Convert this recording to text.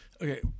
Okay